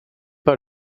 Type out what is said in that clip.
pas